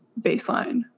baseline